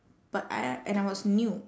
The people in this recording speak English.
but I and I was new